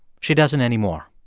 she doesn't anymore